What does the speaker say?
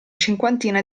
cinquantina